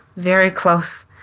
very close.